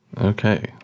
Okay